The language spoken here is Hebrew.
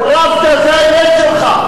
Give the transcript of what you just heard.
"פראבדה", זה האמת שלך.